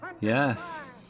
Yes